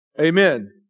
Amen